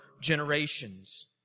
generations